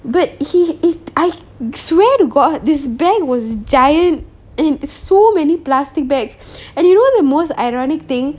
but he is I swear to god this bag was giant and so many plastic bags and you know what's the most ironic thing